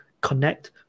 connect